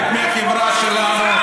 לא תהיו חלק מהחברה שלנו.